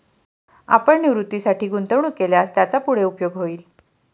आपण निवृत्तीसाठी गुंतवणूक केल्यास त्याचा पुढे उपयोग होईल